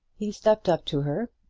he stepped up to her,